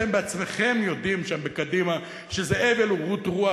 אתם בעצמכם יודעים שם בקדימה שזה הבל ורעות רוח.